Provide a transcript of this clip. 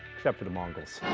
except for the mongols.